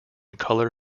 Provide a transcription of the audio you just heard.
colour